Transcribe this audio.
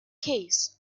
case